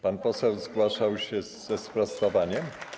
Pan poseł zgłaszał się ze sprostowaniem?